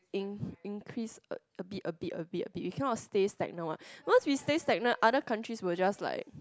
in increase a a bit a bit a bit a bit you cannot stay stagnant what once you stay stagnant other countries will just like